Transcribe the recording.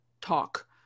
talk